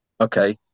okay